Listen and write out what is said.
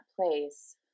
place